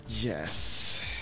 Yes